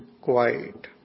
quiet